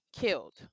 killed